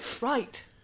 Right